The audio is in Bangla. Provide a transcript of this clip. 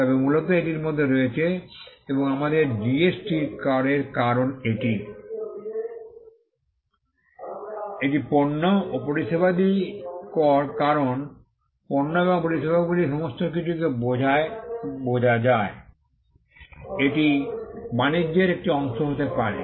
তবে মূলত এটির মধ্যে রয়েছে এবং আমাদের জিএসটি করের কারণ এটি এটি পণ্য ও পরিষেবাদি কর কারণ পণ্য এবং পরিষেবাগুলি সমস্ত কিছুকে বোঝায় বোঝা যায় এটি বাণিজ্যের একটি অংশ হতে পারে